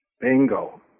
Bingo